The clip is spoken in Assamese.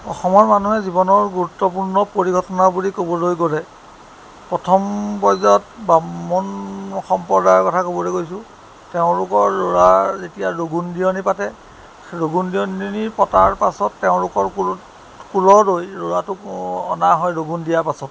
অসমৰ মানুহে জীৱনৰ গুৰুত্বপূৰ্ণ পৰিঘটনা বুলি ক'বলৈ গ'লে প্ৰথম পৰ্যায়ত ব্ৰাহ্মণ সম্প্ৰদায়ৰ কথা ক'বলৈ গৈছোঁ তেওঁলোকৰ ল'ৰাৰ যেতিয়া লগুণ দিয়নী পাতে লগুণ দিয়নী পতাৰ পাছত তেওঁলোকৰ কোনো কুললৈ ল'ৰাটোকো অনা হয় লগুণ দিয়াৰ পাছত